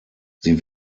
sie